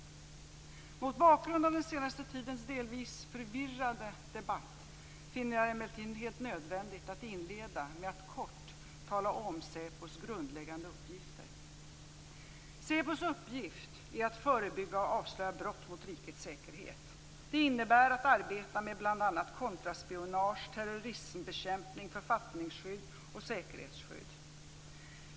Mot bakgrund av den senaste tidens delvis förvirrade debatt finner jag det emellertid helt nödvändigt att inleda med att kort tala om SÄPO:s grundläggande uppgifter. SÄPO:s uppgift är att förebygga och avslöja brott mot rikets säkerhet. Det innebär att arbeta med bl.a. kontraspionage, terrorismbekämpning, författningsskydd och säkerhetsskydd.